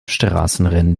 straßenrennen